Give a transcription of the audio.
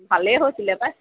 ভালেই হৈছিলে পায়